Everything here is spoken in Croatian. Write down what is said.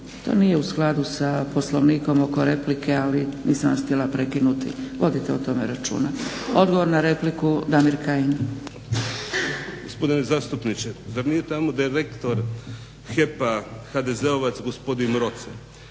To nije u skladu sa Poslovnikom oko replike ali nisam vas htjela prekinuti, vodite o tome računa. Odgovor na repliku Damir Kajin. **Kajin, Damir (Nezavisni)** Gospodine zastupniče, zar nije tamo da je rektor HEP-a HDZ-ovac gospodin Rocer?